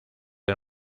del